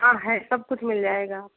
हाँ है सब कुछ मिल जाएगा